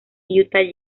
utah